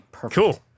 Cool